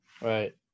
right